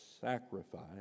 sacrifice